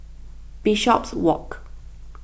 Bishopswalk